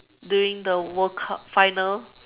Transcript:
during the world cup finals